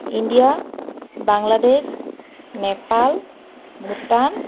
India Bangladesh Nepal Bhutan